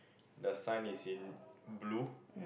the sign is in blue